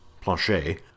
Planchet